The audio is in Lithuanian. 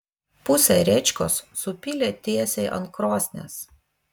pusę rėčkos supylė tiesiai ant krosnies